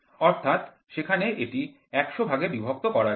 অর্থাৎ সেখানে এটি ১০০ ভাগে বিভক্ত করা যায়